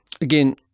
again